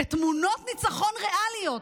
בתמונות ניצחון ריאליות.